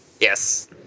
Yes